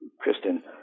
Kristen